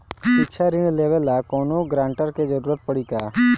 शिक्षा ऋण लेवेला कौनों गारंटर के जरुरत पड़ी का?